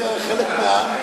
דה-לגיטימציה לחלק מהעם?